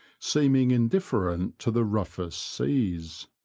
seeming indiff'erent to the roughest seas.